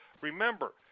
Remember